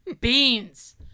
Beans